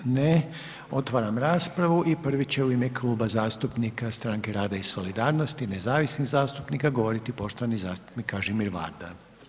Ne, otvaram raspravu i prvi će u ime Kluba zastupnika Stranke rada i solidarnosti, nezavisnih zastupnika govoriti poštovani zastupnik Kažimir Varda.